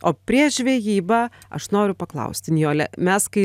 o prieš žvejybą aš noriu paklausti nijole mes kai